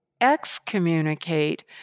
excommunicate